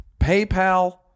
PayPal